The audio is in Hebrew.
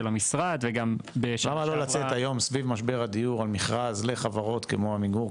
המשרד --- אפשר לצאת במכרז לחברות כמו עמיגור,